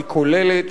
היא כוללת,